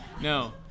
No